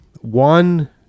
one